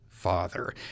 father